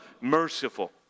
merciful